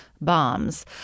bombs